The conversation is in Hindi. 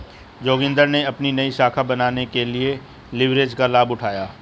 जोगिंदर ने अपनी नई शाखा बनाने के लिए लिवरेज का लाभ उठाया